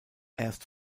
erst